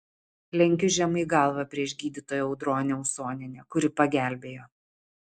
lenkiu žemai galvą prieš gydytoją audronę usonienę kuri pagelbėjo